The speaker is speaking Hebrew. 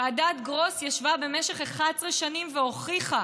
ועדת גרוס ישבה במשך 11 שנים והוכיחה